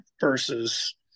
versus